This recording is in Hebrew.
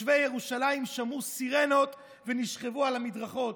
תושבי ירושלים שמעו סירנות ונשכבו על המדרכות.